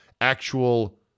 actual